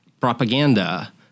propaganda